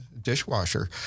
Dishwasher